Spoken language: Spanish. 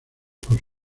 por